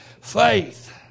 Faith